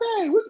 okay